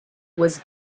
was